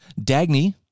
Dagny